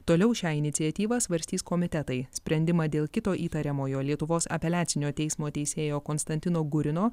toliau šią iniciatyvą svarstys komitetai sprendimą dėl kito įtariamojo lietuvos apeliacinio teismo teisėjo konstantino gurino